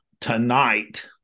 Tonight